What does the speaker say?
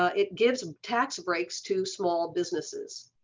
ah it gives tax breaks to small businesses.